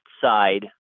side